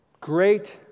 great